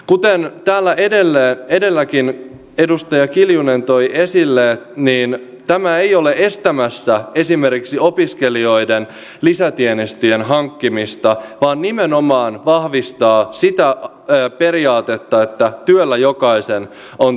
kuten täällä edelläkin edustaja kiljunen toi esille tämä ei ole estämässä esimerkiksi opiskelijoiden lisätienestien hankkimista vaan nimenomaan vahvistaa sitä periaatetta että työllä jokaisen on tultava toimeen